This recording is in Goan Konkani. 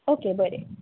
ओके बरें